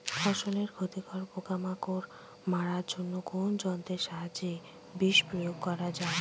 ফসলের ক্ষতিকর পোকামাকড় মারার জন্য কোন যন্ত্রের সাহায্যে বিষ প্রয়োগ করা হয়?